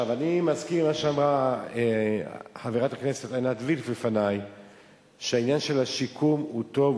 הזכירה חברת הכנסת עינת וילף שהעניין של השיקום הוא טוב,